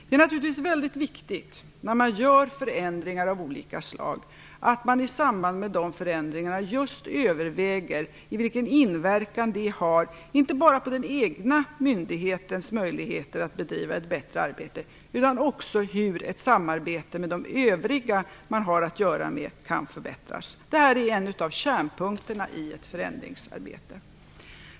Det är naturligtvis viktigt när man gör förändringar av olika slag att man i samband med förändringarna just överväger vilken inverkan de har, inte bara på den egna myndighetens möjligheter att bedriva ett bättre arbete utan också hur ett samarbete med de övriga man har att göra med kan förbättras. Detta är en av kärnpunkterna i ett förändringsarbete.